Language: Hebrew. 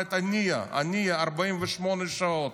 הנייה, 48 שעות.